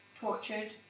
tortured